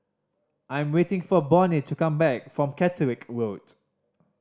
I'm waiting for Bonny to come back from Caterick Road